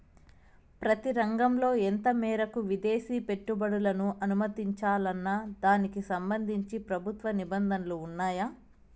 ప్రతి రంగంలో ఎంత మేరకు విదేశీ పెట్టుబడులను అనుమతించాలన్న దానికి సంబంధించి ప్రభుత్వ నిబంధనలు ఉన్నాయా?